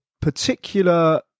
particular